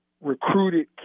recruited